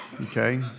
okay